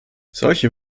solche